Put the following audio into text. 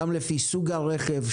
גם לפי סוג הרכב,